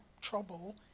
trouble